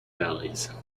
valleys